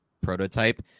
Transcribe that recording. prototype